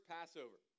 Passover